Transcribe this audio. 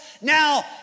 now